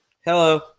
Hello